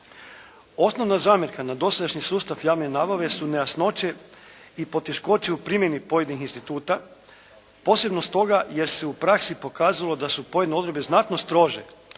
Osnovna zamjerka na dosadašnji sustav javne nabave su nejasnoće i poteškoće u primjeni pojedinih instituta posebno stoga jer se u praksi pokazalo da su pojedine odredbe znatno strože